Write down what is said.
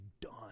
done